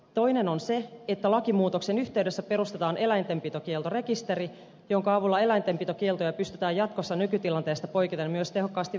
toinen on se että lakimuutoksen yhteydessä perustetaan eläintenpitokieltorekisteri jonka avulla eläintenpitokieltoja pystytään jatkossa nykytilanteesta poiketen myös tehokkaasti valvomaan